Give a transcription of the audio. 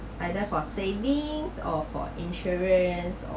are they for savings or for insurance